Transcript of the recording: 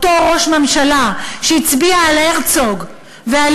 אותו ראש ממשלה שהצביע על הרצוג ועל